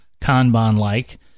Kanban-like